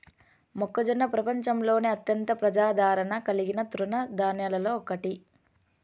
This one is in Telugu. మొక్కజొన్న ప్రపంచంలోనే అత్యంత ప్రజాదారణ కలిగిన తృణ ధాన్యాలలో ఒకటి